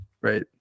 right